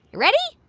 ready?